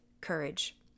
courage